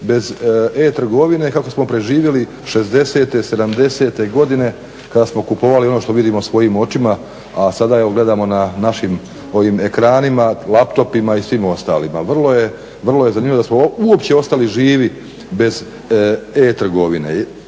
bez e-trgovine, kako smo preživjeli šezdesete, sedamdesete godine kada smo kupovali ono što vidimo svojim očima, a sada gledamo na našim ekranima, laptopima i svim ostalima. Vrlo je zanimljivo da smo uopće ostali živi bez e-trgovine.